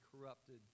corrupted